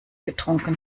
getrunken